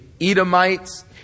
Edomites